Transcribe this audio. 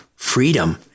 freedom